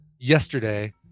Yesterday